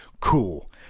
Cool